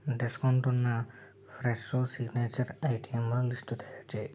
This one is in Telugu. డిస్కౌంట్ ఉన్న ఫ్రెషో సిగ్నేచర్ ఐటెంల లిస్టు తయారుచెయ్యి